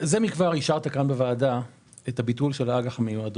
זה מכבר אישרת כאן בוועדה את הביטול של האג"ח המיועדות,